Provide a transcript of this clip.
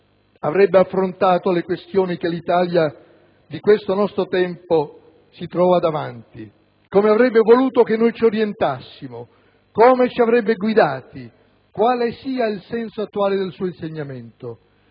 avrebbe affrontato le questioni che l'Italia di questo nostro tempo si trova davanti, come avrebbe voluto che noi ci orientassimo, come ci avrebbe guidati, quale sia il senso attuale del suo insegnamento.